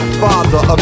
father